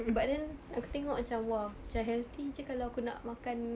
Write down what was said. but then aku tengok macam !wah! macam healthy jer kalau aku nak makan